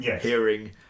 hearing